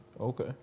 Okay